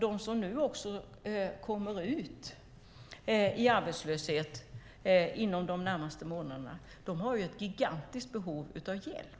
De som nu kommer ut i arbetslöshet inom de närmaste månaderna har ett gigantiskt behov av hjälp.